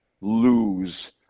lose